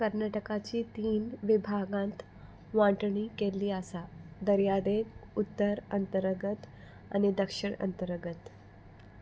कर्नाटकाची तीन विभागांत वांटणी केल्ली आसा दर्यादेग उत्तर अंतर्गत आनी दक्षीण अंतर्गत